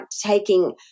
taking